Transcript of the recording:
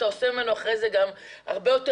אתה עושה ממנו אחר כך גם הרבה יותר